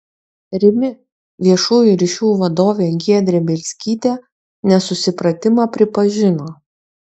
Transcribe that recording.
rimi viešųjų ryšių vadovė giedrė bielskytė nesusipratimą pripažino